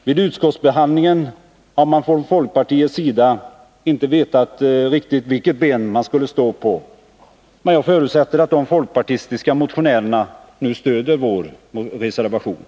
Vid utskottsbehandlingen har man från folkpartiets sida inte vetat riktigt vilket ben man skulle stå på, men jag förutsätter att de Nr 46 folkpartistiska motionärerna nu stöder vår reservation.